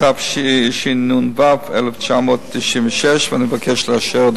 התשנ"ו 1996. אני מבקש לאשר,